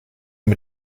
mit